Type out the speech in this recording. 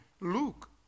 Luke